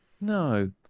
No